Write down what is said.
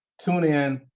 tune in,